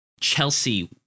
Chelsea